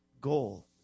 goal